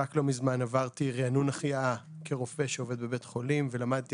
רק לא מזמן עברתי ריענון החייאה כרופא שעובד בבית חולים ולמדתי